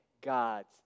God's